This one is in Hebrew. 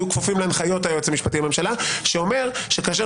יהיו כפופים להנחיותיו שאומר שכאשר